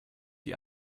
die